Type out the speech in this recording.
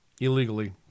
illegally